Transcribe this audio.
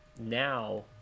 now